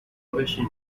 بشین